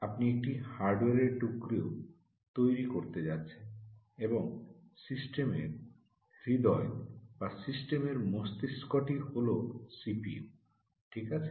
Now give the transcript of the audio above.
আপনি একটি হার্ডওয়ারের টুকরো তৈরি করতে যাচ্ছেন এবং সিস্টেমের হৃদয় বা সিস্টেমের মস্তিষ্কটি হল সিপিইউ ঠিক আছে